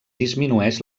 disminueix